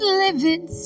living